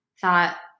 thought